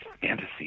fantasy